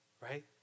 right